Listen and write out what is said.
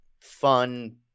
fun